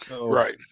Right